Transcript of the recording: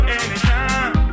anytime